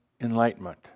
enlightenment